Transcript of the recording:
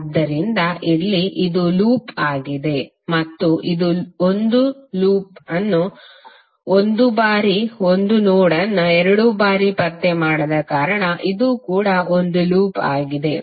ಆದ್ದರಿಂದ ಇಲ್ಲಿ ಇದು ಲೂಪ್ ಆಗಿದೆ ಮತ್ತು ಇದು 1 ಲೂಪ್ ಅನ್ನು 1 ಬಾರಿ ಅಟ್ 1 ನೋಡ್ ಅನ್ನು 2 ಬಾರಿ ಪತ್ತೆ ಮಾಡದ ಕಾರಣ ಇದು ಕೂಡ ಒಂದು ಲೂಪ್ ಆಗಿದೆ